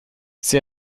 sie